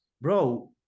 bro